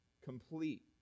complete